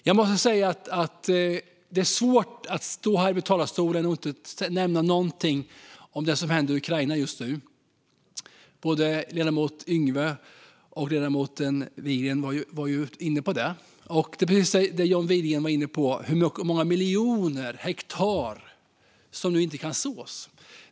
Jag måste säga att det är svårt att stå här i talarstolen och inte nämna någonting om det som händer i Ukraina just nu. Både ledamoten Yngwe och ledamoten Widegren var inne på det. John Widegren tog upp hur många miljoner hektar som nu inte kan sås.